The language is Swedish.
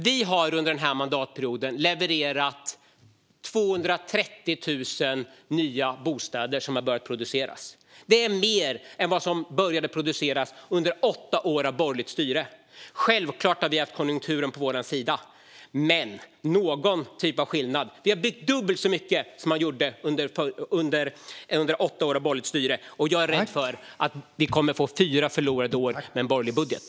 Vi har under den här mandatperioden levererat 230 000 nya bostäder som har börjat produceras. Det är mer än vad som började produceras under åtta år av borgerligt styre. Självklart har vi haft konjunkturen på vår sida, men det finns ändå någon typ av skillnad. Det var dubbelt så många som man byggde under åtta år av borgerligt styre. Jag är rädd för att vi kommer att få fyra förlorade år med en borgerlig budget.